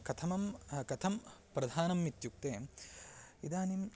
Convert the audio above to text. कथं कथं प्रधानम् इत्युक्ते इदानीं